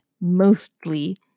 mostly